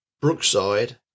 Brookside